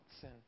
sin